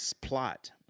plot